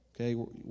Okay